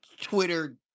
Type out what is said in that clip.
Twitter